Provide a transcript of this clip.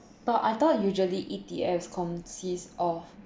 but I thought usually E_T_S consists of